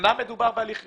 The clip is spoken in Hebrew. "אמנם מדובר בהליך רישוי.